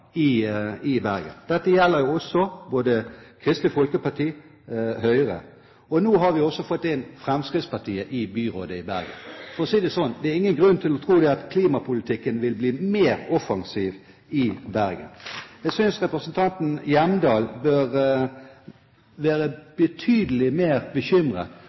man i Bergen. Dette gjelder både Kristelig Folkeparti og Høyre, og nå har vi også fått inn Fremskrittspartiet i byrådet i Bergen. For å si det sånn: Det er ingen grunn til å tro at klimapolitikken vil bli mer offensiv i Bergen. Jeg synes representanten Hjemdal bør være betydelig mer bekymret